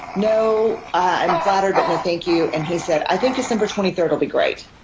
no, i'm flattered, but no thank you. and he said, i think december twenty third will be great.